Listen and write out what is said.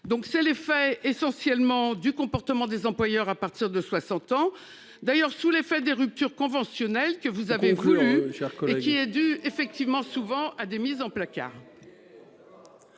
Donc c'est l'effet essentiellement du comportement des employeurs à partir de 60 ans d'ailleurs sous l'effet des ruptures conventionnelles que vous avez. Cher collègue qui est dû effectivement souvent à des mises en placard.